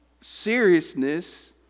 seriousness